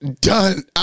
Done